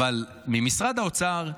ממשרד האוצר,